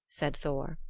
said thor.